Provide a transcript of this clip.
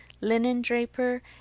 linen-draper